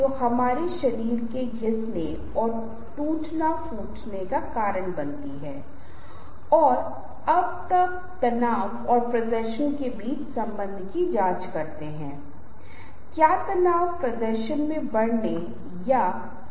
जब हम body language session करेंगे तो हमारे पास सर्वेक्षणों की श्रृंखला होगी ताकि आप यह जान सकें कि आप लोगों को कैसे आश्वस्त करते हैं लेकिन यह सब अलग अलग होने वाला है